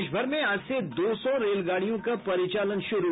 देशभर में आज से दो सौ रेलगाड़ियों का परिचालन शुरू